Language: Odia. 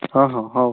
ହଁ ହଁ ହଉ